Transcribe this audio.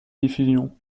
diffusion